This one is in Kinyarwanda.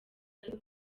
ariko